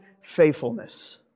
faithfulness